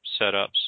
setups